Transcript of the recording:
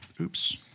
Oops